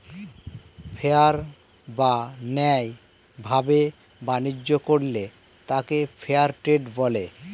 fair বা ন্যায় ভাবে বাণিজ্য করলে তাকে ফেয়ার ট্রেড বলে